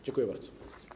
Dziękuję bardzo.